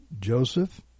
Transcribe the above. Joseph